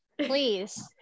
Please